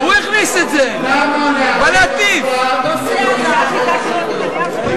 מדברים על נתניהו שמינה אותך,